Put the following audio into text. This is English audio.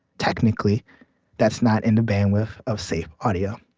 technically that's not in the bandwidth of safe audio,